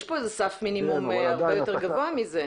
יש פה סף מינימום הרבה יותר גבוה מזה.